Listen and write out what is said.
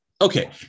Okay